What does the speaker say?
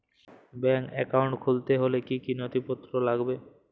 Bank account খুলতে হলে কি কি নথিপত্র লাগবে?